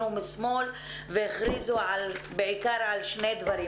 ומשאל והכריזו לציבור בעיקר על שני דברים.